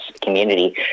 community